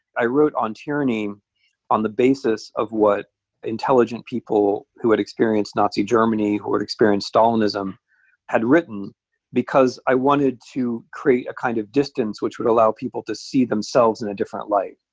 i wrote on tyranny on the basis of what intelligent people who had experienced nazi germany, who had experienced stalinism had written because i wanted to create a kind of distance which would allow people to see themselves in a different light.